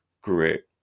great